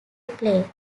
play